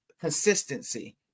consistency